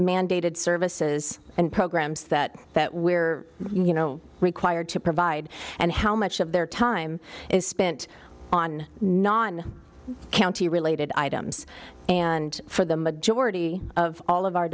mandated services and programs that that we're you know required to provide and how much of their time is spent on non county related items and for the majority of all of our